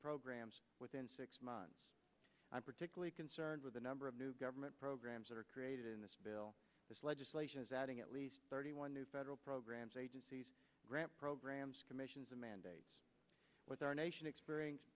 programs within six months i'm particularly concerned with the number of new government programs that are created in this bill this legislation is adding at least thirty one new federal programs agencies grant programs commissions and mandates with our nation experienc